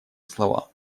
слова